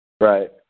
Right